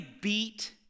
beat